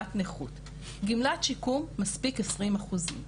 לגמלת נכות, גמלת שיקום מספיק 20 אחוזים,